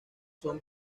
son